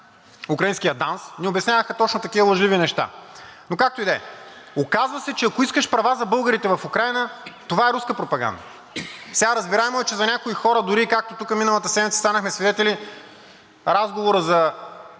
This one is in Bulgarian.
украинския ДАНС, ни обясняваха точно такива лъжливи неща. Но както и да е. Оказва се, че ако искаш права за българите в Украйна, това е руска пропаганда. Сега, разбираемо е, че за някои хора, дори и както тук миналата седмица станахме свидетели, разговорът за